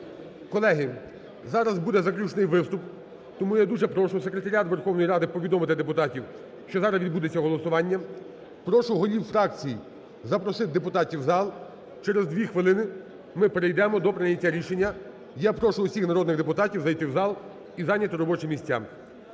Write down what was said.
Колеги, зараз буде заключний виступ, тому я дуже прошу Секретаріат Верховної Ради повідомити депутатів, що зараз відбудеться голосування. Прошу голів фракцій запросити депутатів в зал. Через 2 хвилини ми перейдемо до прийняття рішення. Я прошу усіх народних депутатів зайти в зал і зайняти робочі місця.